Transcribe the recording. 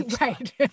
Right